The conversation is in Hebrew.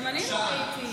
גם אני לא ראיתי.